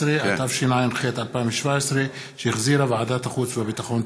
15), התשע"ח 2017, שהחזירה ועדת החוץ והביטחון.